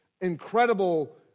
incredible